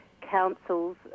councils